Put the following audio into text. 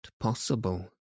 possible